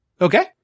Okay